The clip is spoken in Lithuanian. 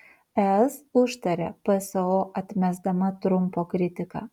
es užtaria pso atmesdama trumpo kritiką